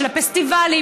של הפסטיבלים,